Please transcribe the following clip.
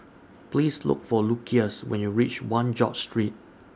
Please Look For Lucius when YOU REACH one George Street